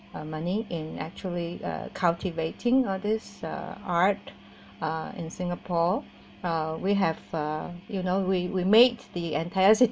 uh money in actually uh cultivating all this uh art are in singapore uh we have uh you know we we made the entire